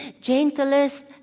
gentlest